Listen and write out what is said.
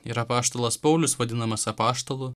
ir apaštalas paulius vadinamas apaštalu